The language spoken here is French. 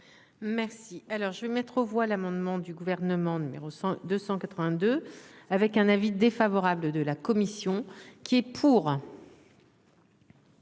Merci. Alors je vais mettre aux voix l'amendement du gouvernement numéro 100 282 avec un avis défavorable de la commission qui est pour.